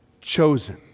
chosen